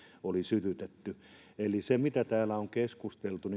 oli sytytetty eli se mitä täällä on keskusteltu